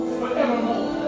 forevermore